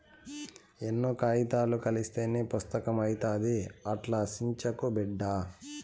ఎన్నో కాయితాలు కలస్తేనే పుస్తకం అయితాది, అట్టా సించకు బిడ్డా